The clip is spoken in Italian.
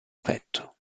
petto